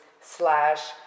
slash